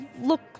look